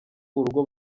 urugo